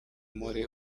muri